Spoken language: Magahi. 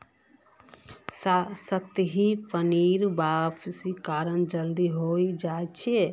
सतही पानीर वाष्पीकरण जल्दी हय जा छे